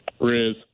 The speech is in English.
Riz